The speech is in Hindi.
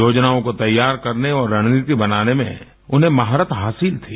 योजनाओं को तैयार करने और रणनीति बनाने में उन्हें महारत हासिल थ्री